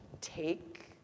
take